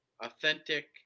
Authentic